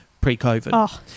pre-COVID